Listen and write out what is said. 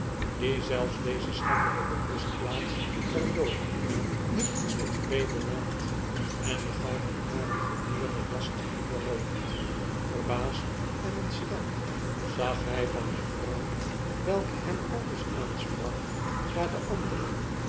die zelfs deze schandelpe rustplaats der dooden niet met vrede laat en de galg van haren geeerden last berooft verbaasd en ontsteld zag hjj van de vrouw welke hem aldus aansprak naar de andere